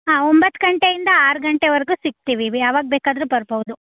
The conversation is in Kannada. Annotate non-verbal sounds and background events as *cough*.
ಹಾಂ ಒಂಬತ್ತು ಗಂಟೆಯಿಂದ ಆರು ಗಂಟೆವರೆಗೂ ಸಿಕ್ತೀವಿ *unintelligible* ಯಾವಾಗ ಬೇಕಾದರೂ ಬರ್ಬೌದು